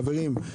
חברים,